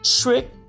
Trick